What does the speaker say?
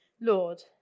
Lord